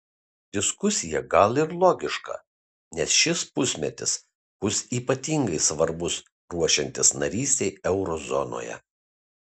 diskusija gal ir logiška nes šis pusmetis bus ypatingai svarbus ruošiantis narystei euro zonoje